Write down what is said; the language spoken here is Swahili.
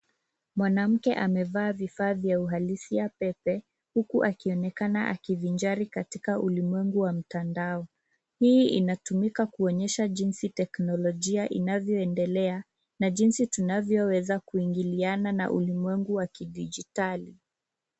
Mwanamke amevaa vifaa vya uhalisia pepe huku akionekana akivinjari katika ulimwengu wa mtandao. Hii inatumika kuonesha jinsi teknolojia inavyoendelea na jinsi tunavyoweza kuingiliana na ulimwengu wa kidijitali.